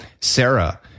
Sarah